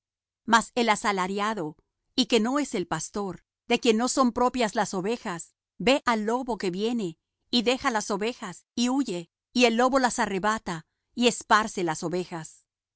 mas el asalariado y que no es el pastor de quien no son propias las ovejas ve al lobo que viene y deja las ovejas y huye y el lobo las arrebata y esparce las ovejas